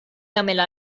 jagħmilha